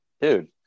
dude